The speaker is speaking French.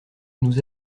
nous